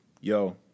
yo